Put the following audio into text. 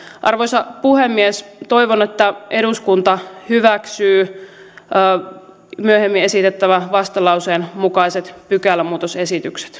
arvoisa puhemies toivon että eduskunta hyväksyy myöhemmin esitettävän vastalauseen mukaiset pykälämuutosesitykset